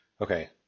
Okay